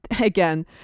again